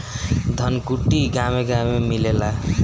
धनकुट्टी गांवे गांवे मिलेला